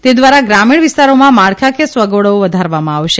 તે દ્વારા ગ્રામીણ વિસ્તારોમાં માળખાકીય સગવડી વધારવામાં આવશે